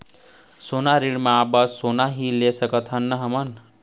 सोना ऋण मा बस सोना ला ही ले सकत हन हम?